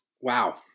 Wow